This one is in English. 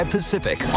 Pacific